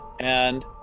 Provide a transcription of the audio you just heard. and